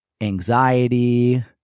anxiety